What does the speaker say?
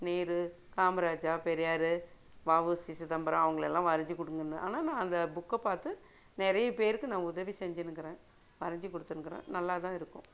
நேரு காமராஜா பெரியார் வா உ சி சிதம்பரம் அவங்களெல்லாம் வரைஞ்சி கொடுங்கன்னு ஆனால் நான் அந்த புக்கை பார்த்து நிறைய பேருக்கு நான் உதவி செஞ்சிருக்கறேன் வரைஞ்சி குடுத்துருக்கறேன் நல்லா தான் இருக்கும்